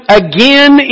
again